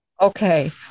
okay